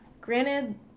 Granted